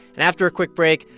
and after a quick break,